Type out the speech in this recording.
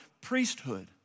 priesthood